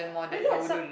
where get accept